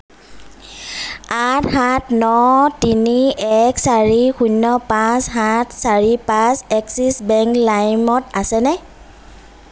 আঠ সাত ন তিনি এক চাৰি শূণ্য পাঁচ সাত চাৰি পাঁচ এক্সিছ বেংক লাইমত আছেনে